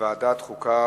לוועדת החוקה,